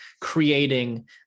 creating